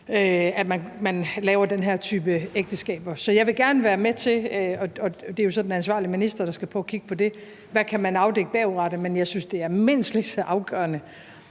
at man laver den her type ægteskaber. Så jeg vil gerne være med til at se på – og det er jo så den ansvarlige minister, der skal prøve at kigge på det – hvad man kan afdække bagudrettet. Men jeg synes, det er mindst lige så afgørende,